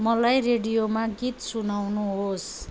मलाई रेडियोमा गीत सुनाउनुहोस्